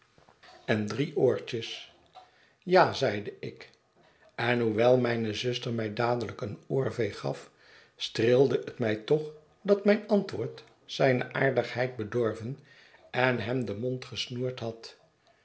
en drie oortjes ja zeide ik en hoewel mijne zuster mij dadelijk een oorveeg gaf streelde het mij toch dat mijn antwoord zijne aardigheid bedorven en hem den mond gesnoerd had